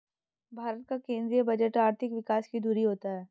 भारत का केंद्रीय बजट आर्थिक विकास की धूरी होती है